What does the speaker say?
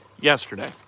yesterday